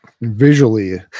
Visually